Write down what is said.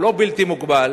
הוא לא בלתי מוגבל,